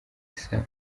isano